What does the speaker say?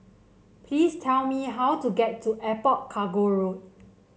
please tell me how to get to Airport Cargo Road